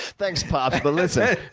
thanks pops, but listen.